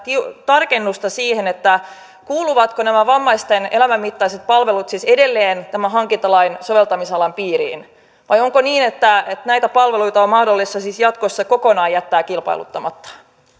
tarkennusta siihen kuuluvatko nämä vammaisten elämänmittaiset palvelut siis edelleen tämän hankintalain soveltamisalan piiriin vai onko niin että että näitä palveluita on mahdollista siis jatkossa kokonaan jättää kilpailuttamatta